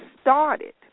started